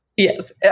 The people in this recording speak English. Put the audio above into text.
Yes